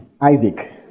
Isaac